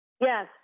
Yes